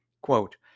quote